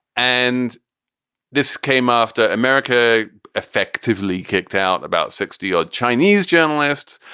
and this came after america effectively kicked out about sixty odd chinese journalists.